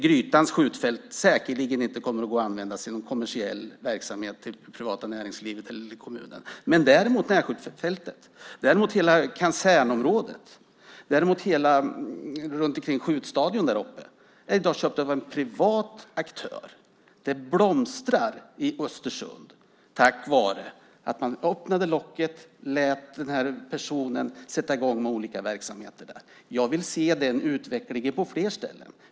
Grytans skjutfält kommer säkerligen inte att kunna användas för någon kommersiell verksamhet av det privata näringslivet eller av kommunerna, däremot närskjutfältet, kasernområdet, hela området runt skjutstadion köptes av en privatperson. Det blomstrar i Östersund tack vare att man öppnade locket och lät den här personen sätta i gång med olika verksamheter där. Jag vill se den utvecklingen på flera ställen.